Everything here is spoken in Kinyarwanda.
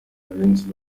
benshi